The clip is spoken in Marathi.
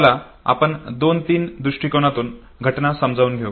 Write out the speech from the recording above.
चला आपण दोन तीन दुष्टीकोनातून घटना समजून घेऊ